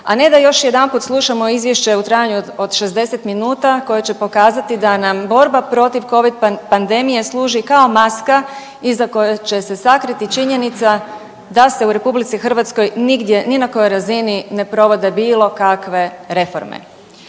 a ne da još jedanput slušamo izvješće u trajanju od 60 minuta koje će pokazati da nam borba protiv covid pandemije služi kao maska iza koje će se sakriti činjenica da se u RH nigdje ni na kojoj razini ne provode bilo kakve reforme.